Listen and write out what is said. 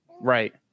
right